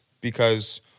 Because-